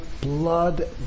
blood